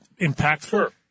impactful